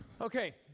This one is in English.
Okay